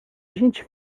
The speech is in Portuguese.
gente